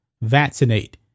vaccinate